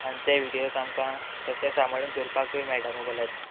आनी ते विडियोज आमकां तशे सांबाळून दवरपाकूय मेळटा मोबायलाचेर